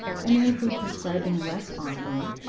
and they include prescribing less often,